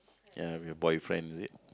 ya with your boyfriend is it